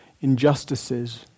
injustices